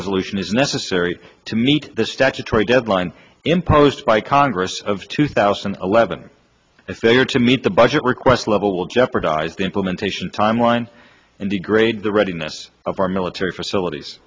resolution is necessary to meet the statutory deadline imposed by congress of two thousand and eleven the failure to meet the budget request level will jeopardize the implementation timeline and degrade the readiness of our military facilities